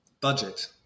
Budget